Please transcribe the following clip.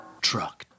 Truck